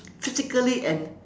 physically and